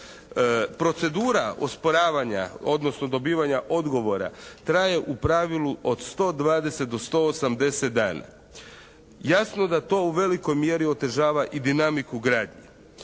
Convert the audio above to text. Procedura osporavanja, odnosno dobivanja odgovora traje u pravilu od 120 do 180 dana. Jasno da to u velikoj mjeri otežava i dinamiku gradnje.